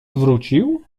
wrócił